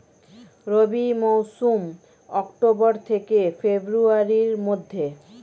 রবি মৌসুম অক্টোবর থেকে ফেব্রুয়ারির মধ্যে